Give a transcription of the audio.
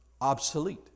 obsolete